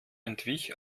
entwich